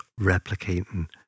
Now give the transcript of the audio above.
replicating